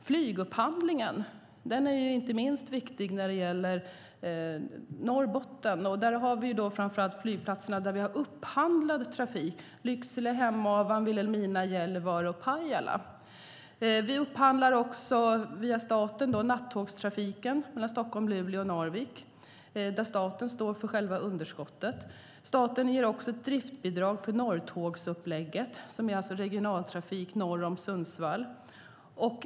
Flygupphandlingen är inte minst viktig för Norrbotten. Där gäller det framför allt de flygplatser där vi har upphandlad trafik - Lycksele, Hemavan, Vilhelmina, Gällivare och Pajala. Vi upphandlar via staten nattågstrafiken mellan Stockholm, Luleå och Narvik. Staten står för själva underskottet. Staten ger ett driftbidrag för norrtågsupplägget, alltså regionaltrafik norr om Sundsvall.